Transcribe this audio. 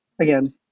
Again